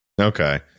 Okay